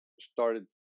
started